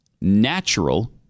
natural